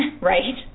right